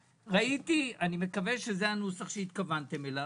ראיתי פה את הנוסח החדש ואני מקווה שזה הנוסח שהתכוונתם אליו,